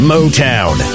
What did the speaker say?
Motown